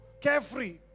carefree